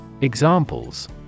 Examples